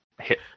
hit